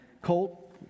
Colt